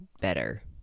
better